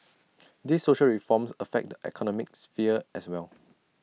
these social reforms affect the economic sphere as well